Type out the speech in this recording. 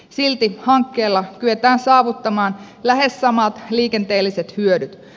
silti hankkeella kyetään saavuttamaan lähes samat liikenteelliset hyödyt